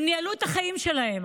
הם ניהלו את החיים שלהם.